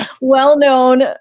well-known